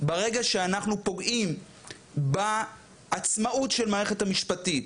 ברגע שאנחנו פוגעים בעצמאות של המערכת המשפטית,